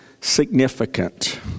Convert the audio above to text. significant